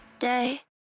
day